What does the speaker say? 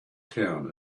town